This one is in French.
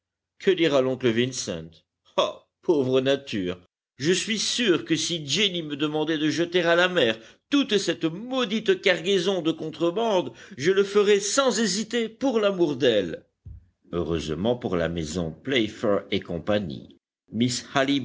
que dira l'oncle vincent ah pauvre nature je suis sûr que si jenny me demandait de jeter à la mer toute cette maudite cargaison de contrebande je le ferais sans hésiter pour l amour d elle eureusement pour la maison playfair et co miss